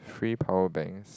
free power banks